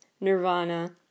Nirvana